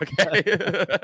okay